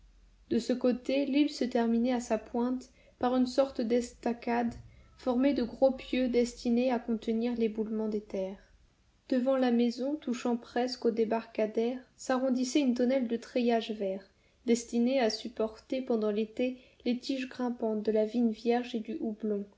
de ce côté l'île se terminait à sa pointe par une sorte d'estacade formée de gros pieux destinés à contenir l'éboulement des terres devant la maison touchant presque au débarcadère s'arrondissait une tonnelle de treillage vert destinée à supporter pendant l'été les tiges grimpantes de la vigne vierge et du houblon